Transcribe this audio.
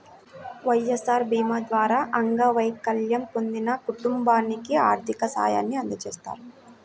వైఎస్ఆర్ భీమా ద్వారా అంగవైకల్యం పొందిన కుటుంబానికి ఆర్థిక సాయాన్ని అందజేస్తారు